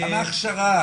גם ההכשרה.